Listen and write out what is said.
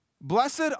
Blessed